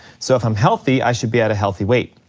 so if i'm healthy, i should be at a healthy weight.